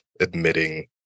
admitting